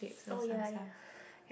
oh ya ya